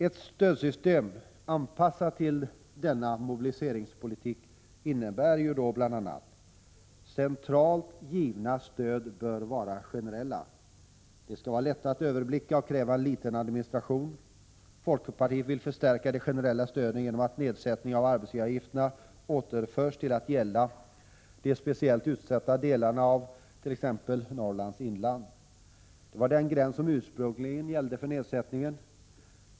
Ett stödsystem anpassat till ”mobiliseringspolitik” innebär följande: 1. Centralt givna stöd bör vara generella. De skall vara lätta att överblicka och kräva liten administration. Folkpartiet vill förstärka de generella stöden genom att nedsättningen av arbetsgivaravgifter återförs till att gälla de speciellt utsatta delarna av Norrlands inland. Detta var den gräns som ursprungligen gällde för nedsättningen.